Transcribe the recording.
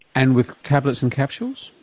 and with tablets and capsules?